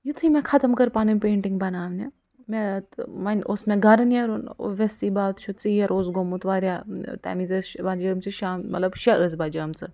یِتھُے مےٚ ختم کٔر پَنٕنۍ پینٹِنٛگ بناونہِ مےٚ وۅنۍ اوس مےٚ گَرٕ نیرُن اوبٮ۪س سی بات چھُ ژیر اوس گوٚمُت واریاہ تَمہِ وِزِ ٲسۍ بجیمژٕ شام مطلب شےٚ ٲسۍ بجیمژٕ